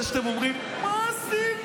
זה שאתם אומרים: מה הסיפור?